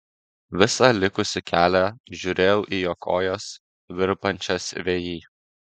visą likusį kelią žiūrėjau į jo kojas virpančias vėjy